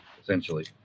essentially